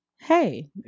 hey